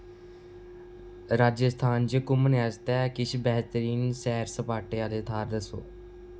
राजेस्थान च घूमने आस्तै किश बेहतरीन सैर सपाटे आह्ले थाह्र दस्सो